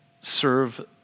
serve